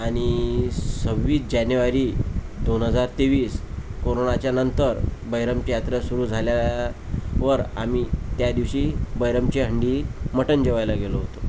आणि सव्वीस जानेवारी दोन हजार तेवीस कोरोनाच्या नंतर बहिरमची यात्रा सुरु झाल्यावर आम्ही त्या दिवशी बहिरमची हंडी मटण जेवायला गेलो होतो